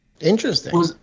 Interesting